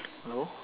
hello